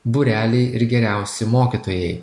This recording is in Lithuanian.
būreliai ir geriausi mokytojai